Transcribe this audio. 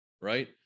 right